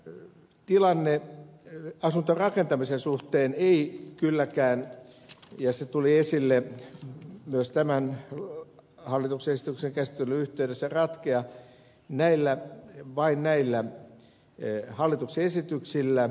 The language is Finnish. tämä tilanne asuntorakentamisen suhteen ei kylläkään ja se tuli esille myös tämän hallituksen esityksen käsittelyn yhteydessä ratkea vain näillä hallituksen esityksillä